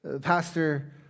Pastor